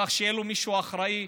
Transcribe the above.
כך שיהיה לו מישהו אחראי.